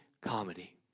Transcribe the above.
comedy